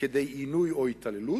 כדי עינוי או התעללות,